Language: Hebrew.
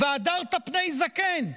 "והדרת פני זקן".